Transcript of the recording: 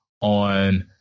on